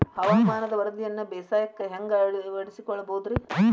ಹವಾಮಾನದ ವರದಿಯನ್ನ ಬೇಸಾಯಕ್ಕ ಹ್ಯಾಂಗ ಅಳವಡಿಸಿಕೊಳ್ಳಬಹುದು ರೇ?